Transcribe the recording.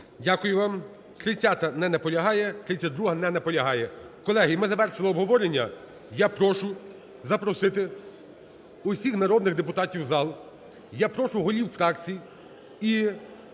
Дякую вам. 30-а. Не наполягає. 32-а. Не наполягає. Колеги, ми завершили обговорення. Я прошу запросити усіх народних депутатів в зал. Я прошу голів фракцій